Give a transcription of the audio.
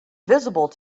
visible